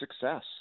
success